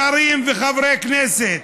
שרים וחברי כנסת,